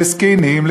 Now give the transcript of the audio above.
לזקנים,